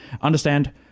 understand